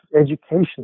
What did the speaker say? education